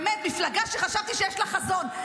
באמת, מפלגה שחשבתי שיש לה חזון.